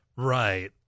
Right